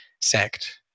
sect